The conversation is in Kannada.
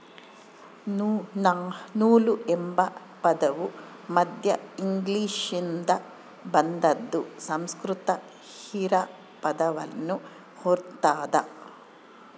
ನೂಲು ಎಂಬ ಪದವು ಮಧ್ಯ ಇಂಗ್ಲಿಷ್ನಿಂದ ಬಂದಾದ ಸಂಸ್ಕೃತ ಹಿರಾ ಪದವನ್ನು ಹೊಲ್ತದ